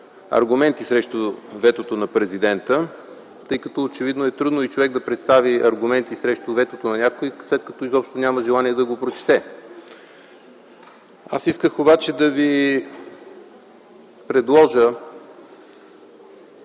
аргументи срещу ветото на Президента, тъй като очевидно е трудно човек да представи аргументи срещу ветото на някого, след като изобщо няма желание да го прочете. Аз исках обаче да Ви предложа